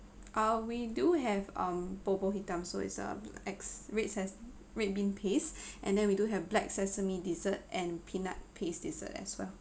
uh we do have um bubur hitam so it's um ex~ red se~ red bean paste and then we do have black sesame dessert and peanut paste dessert as well